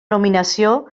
nominació